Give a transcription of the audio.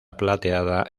plateada